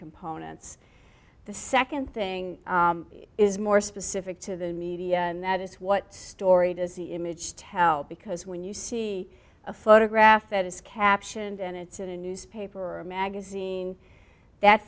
components the second thing is more specific to the media and that is what story does the image tell because when you see a photograph that is caption and it's in a newspaper or magazine that